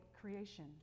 creation